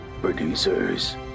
producers